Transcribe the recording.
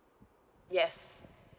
yes